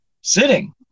Sitting